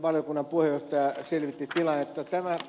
valiokunnan puheenjohtaja selvitti tilannetta